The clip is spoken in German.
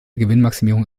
gewinnmaximierung